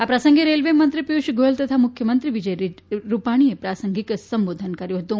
આ પ્રસંગે રેલવે મંત્રી પિયુષ ગોયલ તથા મુખ્યમંત્રી વિજય રૂપાણી પ્રાસંગિક સંબોધન કર્યુ